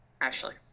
ashley